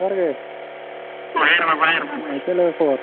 ᱡᱚᱦᱟᱨ ᱜᱮ ᱪᱮᱫ ᱞᱮᱠᱟ ᱠᱷᱚᱵᱚᱨ